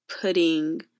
putting